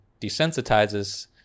desensitizes